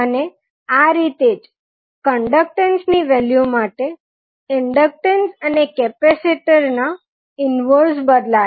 અને આ રીતે જ કંડક્ટન્સ ની વેલ્યુ માટે ઇન્ડકટન્સ અને કેપેસિટર ના ઇનવર્ઝ બદલાશે